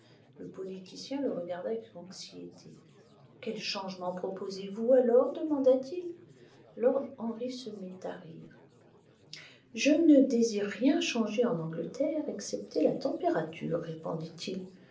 le politicien le regarda avec anxiété quels changements proposez-vous alors demanda-t-il lord henry se mit à rire je ne désire rien changer en angleterre excepté la température répondit-il